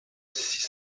six